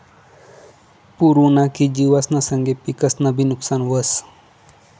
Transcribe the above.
पूर उना की जिवसना संगे पिकंसनंबी नुकसान व्हस